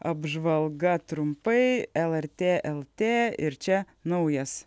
apžvalga trumpai lrt lt ir čia naujas